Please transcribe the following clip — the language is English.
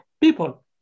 people